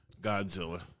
Godzilla